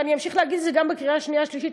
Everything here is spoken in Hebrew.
ואני אמשיך להגיד את זה גם בקריאה השנייה והשלישית,